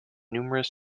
numerous